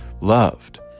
loved